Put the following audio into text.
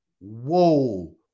whoa